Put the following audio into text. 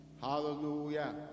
Hallelujah